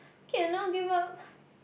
cannot give up